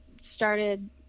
started